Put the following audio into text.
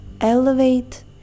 elevate